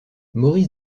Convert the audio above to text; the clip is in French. maurice